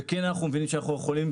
ואנחנו מבינים שאנחנו יכולים